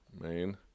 Main